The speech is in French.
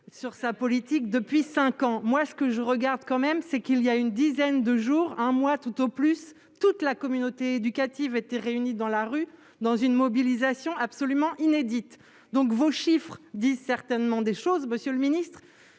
sur sa politique menée depuis cinq ans. C'est la réalité des chiffres ! Je remarque qu'il y a une dizaine de jours- un mois tout au plus -toute la communauté éducative était réunie dans la rue dans une mobilisation absolument inédite. Vos chiffres disent certainement des choses, monsieur le ministre,